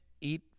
eat